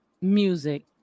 music